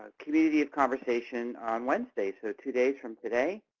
community of conversation on wednesday, so two days from today.